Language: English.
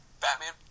Batman